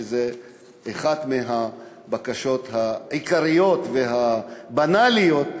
וזו אחת מהבקשות העיקריות והבנאליות,